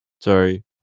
Sorry